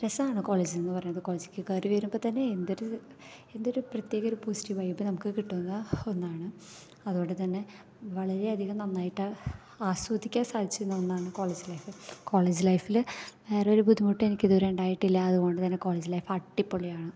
രസമാണ് കോളേജ് എന്ന് പറയുന്നത് കോളേജിലേക്ക് കയറി വരുമ്പോൾ തന്നെ എന്തൊരു എന്തൊരു പ്രത്യേക പോസിറ്റിവ് വൈബ് നമുക്ക് കിട്ടുന്ന ഒന്നാണ് അതുകൊണ്ട് തന്നെ വളരെയധികം നന്നായിട്ട് ആസ്വദിക്കാൻ സാധിച്ചിരുന്ന ഒന്നാണ് കോളജ് ലൈഫ് കോളജ് ലൈഫില് വേറൊരു ബുദ്ധിമുട്ടും എനിക്ക് ഉണ്ടായിട്ടില്ല അതുകൊണ്ടുതന്നെ കോളജ് ലൈഫ് അടിപൊളിയാണ്